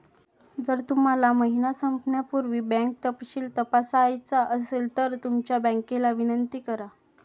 जर तुम्हाला महिना संपण्यापूर्वी बँक तपशील तपासायचा असेल तर तुमच्या बँकेला विनंती करा